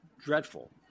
dreadful